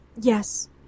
Yes